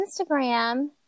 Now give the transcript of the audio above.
Instagram